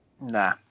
nah